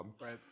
right